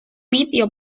vídeo